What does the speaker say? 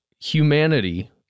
humanity